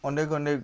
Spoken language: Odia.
ଅନେକ ଅନେକ